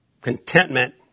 contentment